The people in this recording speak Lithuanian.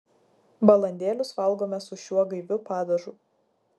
balandėlius valgome su šiuo gaiviu padažu